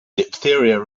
diphtheria